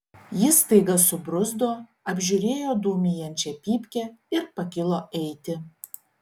jis staiga subruzdo apžiūrėjo dūmijančią pypkę ir pakilo eiti